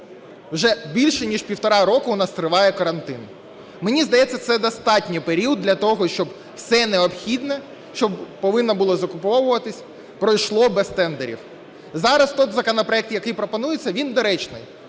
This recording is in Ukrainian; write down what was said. Вже більше ніж півтора року в нас триває карантин. Мені здається, це достатній період для того, щоб все необхідне, що повинно було закуповуватися, пройшло без тендерів. Зараз той законопроект, який пропонується, він доречний.